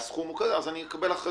והסכום הוא כזה, אז אני מקבל אחריות.